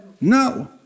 No